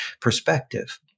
perspective